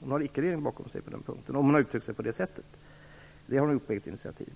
Hon har icke regeringen bakom sig på den punkten om hon har uttryckt sig på det sättet. Det har hon gjort på eget initiativ.